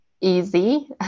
easy